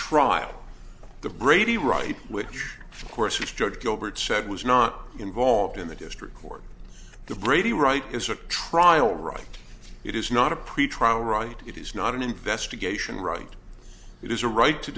trial the brady right which of course is judge gilbert said was not involved in the district court the brady right is a trial right it is not a pretrial right it is not an investigation right it is a right to